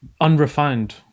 unrefined